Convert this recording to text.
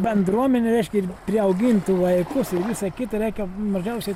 bendruomenė reiškia ir priaugintų vaikus ir visa kita reikia mažiausiai